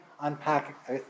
unpack